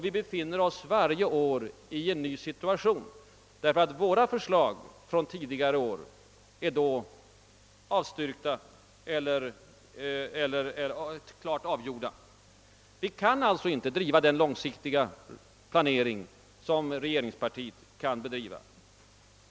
Vi befinner oss varje år i en ny situation, därför att våra förslag från tidigare år då är avslagna och ute ur bilden. Vi kan inte driva den långsiktiga planering som regeringspartiet kan bedriva.